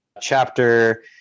chapter